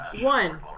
One